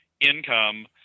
income